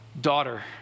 daughter